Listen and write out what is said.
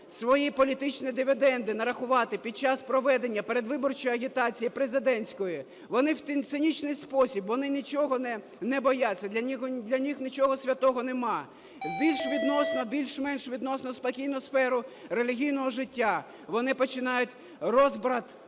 свої політичні дивіденди нарахувати під час проведення передвиборчої агітації президентської, вони в цинічний спосіб, вони нічого не бояться, для них нічого святого нема, більш відносно... у більше-менш відносно спокійну сферу релігійного життя вони починають розбрат,